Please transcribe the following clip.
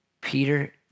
Peter